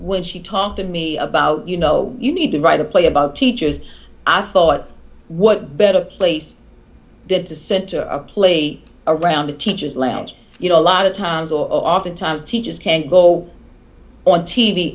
when she talked to me about you know you need to write a play about teachers i thought what better place did to center a play around the teacher's lounge you know a lot of times or oftentimes teachers can go on t